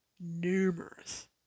numerous